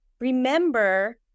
remember